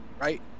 Right